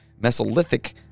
Mesolithic